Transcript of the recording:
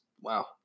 Wow